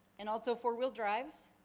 and also four-wheel drives.